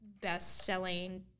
best-selling